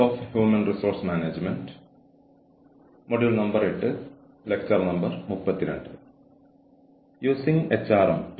human resource management ക്ലാസിലേക്ക് തിരികെ സ്വാഗതം